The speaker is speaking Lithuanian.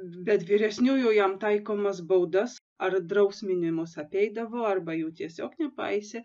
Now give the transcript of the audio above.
bet vyresniųjų jam taikomas baudas ar drausminimus apeidavo arba jų tiesiog nepaisė